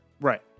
Right